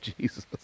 Jesus